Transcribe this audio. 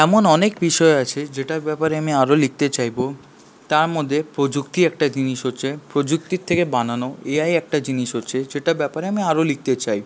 এমন অনেক বিষয় আছে যেটার ব্যাপারে আমি আরো লিখতে চাইব তার মধ্যে প্রযুক্তি একটা জিনিস হচ্ছে প্রযুক্তির থেকে বানানো এআই একটা জিনিস হচ্ছে যেটা ব্যাপারে আমি আরো লিখতে চাই